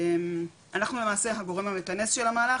אנחנו למעשה הגורם המכנס של המהלך,